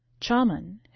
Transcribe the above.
Chaman